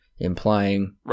implying